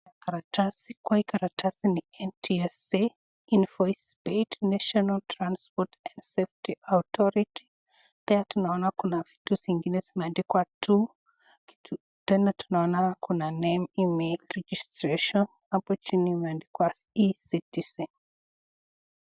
Karatasi, kwa hii karatasi ni NTSA Invoice paid, National Transport and Safety Authority ,pia tunaona kuna vitu zingine zimeandikwa tu, tena tunaona kuna Name, Registration ,hapo chini imeandikwa e-citizen.